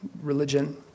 religion